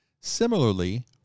Similarly